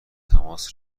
تماس